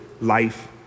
life